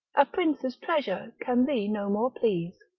a prince's treasure can thee no more please.